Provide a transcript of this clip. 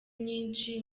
myinshi